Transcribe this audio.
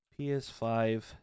PS5